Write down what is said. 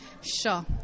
Sure